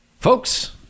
Folks